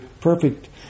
perfect